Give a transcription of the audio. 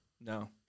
No